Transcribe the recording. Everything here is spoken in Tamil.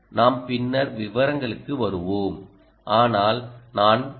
நாம் பின்னர் விவரங்களுக்கு வருவோம் ஆனால் நான் பி